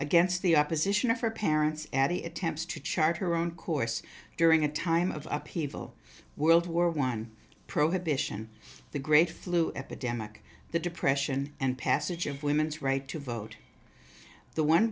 against the opposition of her parents addie attempts to chart her own course during a time of upheaval world war one pro had bishan the great flu epidemic the depression and passage of women's right to vote the one